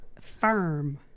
firm